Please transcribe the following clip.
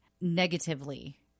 negatively